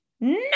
No